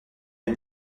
les